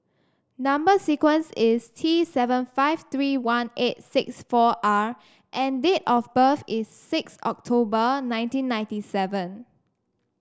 number sequence is T seven five three one eight six four R and date of birth is six October nineteen ninety seven